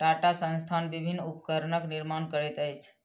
टाटा संस्थान विभिन्न उपकरणक निर्माण करैत अछि